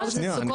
חבר הכנסת סוכות,